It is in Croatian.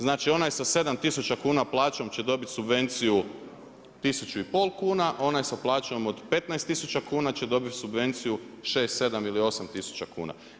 Znači, onaj sa 7000 kuna plaćom će dobiti subvenciju 1500 kuna, onaj sa plaćom od 15000 kuna će dobit subvenciju 6, 7 ili 8000 kuna.